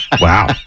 wow